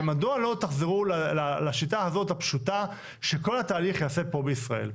מדוע לא תחזרו לשיטה הזאת הפשוטה שכל התהליך יעשה פה בישראל?